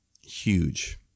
Huge